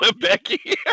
Becky